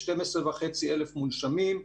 12.5 אלף מונשמים.